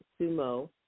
Sumo